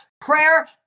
prayer